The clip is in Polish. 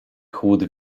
chłód